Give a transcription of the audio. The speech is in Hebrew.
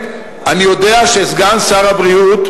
אני יודע שסגן שר הבריאות,